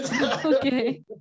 Okay